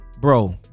Bro